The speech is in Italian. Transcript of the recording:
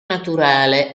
naturale